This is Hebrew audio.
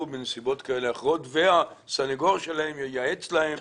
בנסיבות כאלו או אחרות והסניגור שלהם ייעץ להם